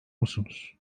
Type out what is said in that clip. musunuz